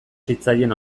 zitzaien